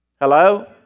Hello